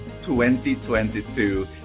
2022